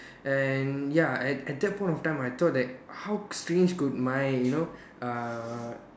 and ya at at that point of time I thought that how strange could mine you know uh